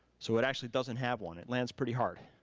so it actually doesn't have one, it lands pretty hard.